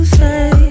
say